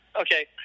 Okay